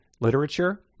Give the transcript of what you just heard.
literature